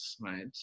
right